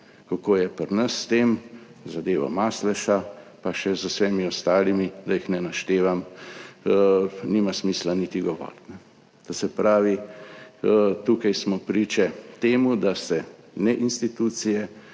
Kako je pri nas s tem, z zadevo Masleša pa še z vsemi ostalimi, da jih ne naštevam, nima smisla niti govoriti. To se pravi, tukaj smo priče temu, da se ne institucije